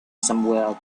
somewhere